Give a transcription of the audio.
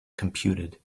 computed